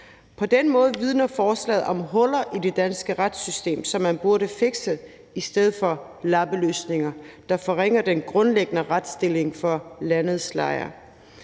På den måde vidner forslaget om huller i det danske retssystem, som man burde fikse i stedet for at lave lappeløsninger, der forringer den grundlæggende retsstilling for landets lejere.